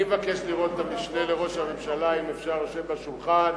אני מבקש לראות את המשנה לראש הממשלה אם אפשר יושב ליד השולחן,